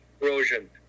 erosion